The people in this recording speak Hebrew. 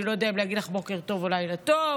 לא יודע אם להגיד לך בוקר טוב או לילה טוב.